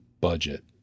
budget